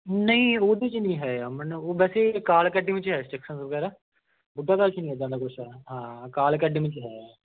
ਨਹੀਂ ਉਹਦੇ 'ਚ ਨਹੀਂ ਹੈ ਅਮਨ ਉਹ ਵੈਸੇ ਅਕਾਲ ਅਕੈਡਮੀ 'ਚ ਹੈ ਇੰਨਸਟ੍ਰਕਸ਼ਨ ਵਗੈਰਾ ਬੁੱਢਾ ਦਲ 'ਚ ਨਹੀਂ ਇੱਦਾਂ ਦਾ ਕੁਛ ਹਾਂ ਅਕਾਲ ਅਕੈਡਮੀ 'ਚ ਹੈ